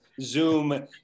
Zoom